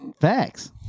facts